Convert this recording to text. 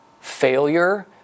failure